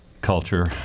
culture